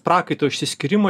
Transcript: prakaito išsiskyrimo